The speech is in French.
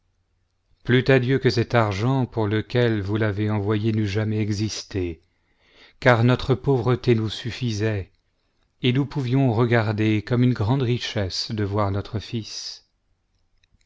plût à dieu que cet argent pour lequel vous l'avez envoyé n'eût jamais existé car notre pauvreté nous suffisait et nous pouvions regarder comme une grande richesse de voir notre fils